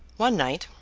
one night,